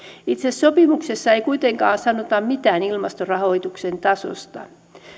itse sopimuksessa ei kuitenkaan sanota mitään ilmastorahoituksen tasosta